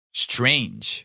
strange